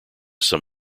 some